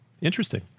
interesting